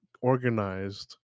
organized